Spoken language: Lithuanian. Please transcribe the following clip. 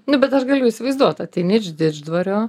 nu bet aš galiu įsivaizduot ateini iš didždvario